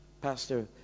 Pastor